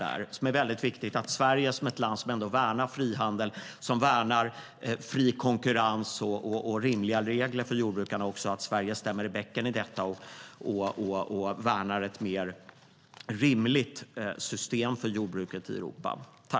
Det är viktigt att Sverige, som värnar frihandel, fri konkurrens och rimliga regler för jordbrukarna, stämmer i bäcken här och slår vakt om ett mer rimligt system för jordbruket i Europa.